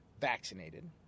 vaccinated